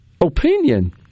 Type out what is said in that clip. opinion